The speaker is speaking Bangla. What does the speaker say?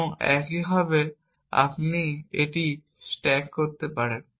এবং একইভাবে আপনি এটি স্ট্যাক করতে পারেন